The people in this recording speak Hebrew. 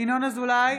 ינון אזולאי,